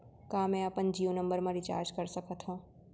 का मैं अपन जीयो नंबर म रिचार्ज कर सकथव?